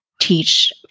teach